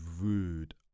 rude